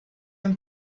ein